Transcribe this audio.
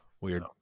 Weird